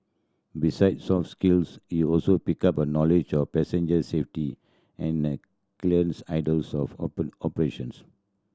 besides soft skills he also picked up knowledge of passenger safety and a clearer ideal of operations